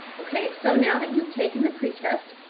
okay, so now that you've taken the pre test.